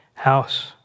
house